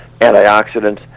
antioxidants